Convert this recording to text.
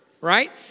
right